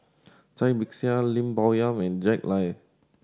Cai Bixia Lim Bo Yam and Jack Lai